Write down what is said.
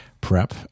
prep